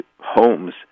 homes